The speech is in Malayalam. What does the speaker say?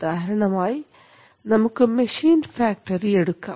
ഉദാഹരണമായി നമുക്ക് മെഷീൻ ഫാക്ടറി എടുക്കാം